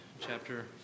chapter